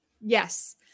Yes